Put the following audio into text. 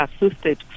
assisted